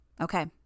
Okay